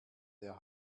der